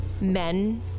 men